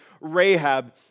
Rahab